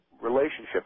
relationship